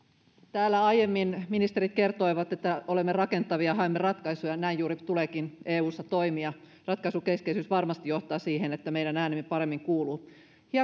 täällä aiemmin ministerit kertoivat että olemme rakentavia ja haemme ratkaisuja ja näin juuri tuleekin eussa toimia ratkaisukeskeisyys varmasti johtaa siihen että meidän äänemme paremmin kuuluu